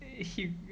!ee! him